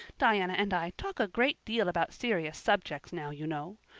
diana and i talk a great deal about serious subjects now, you know.